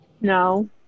No